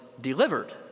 delivered